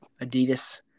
Adidas